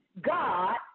God